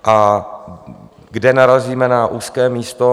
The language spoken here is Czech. A kde narazíme na úzké místo?